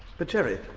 but jerry!